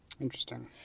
interesting